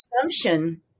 assumption